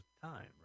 time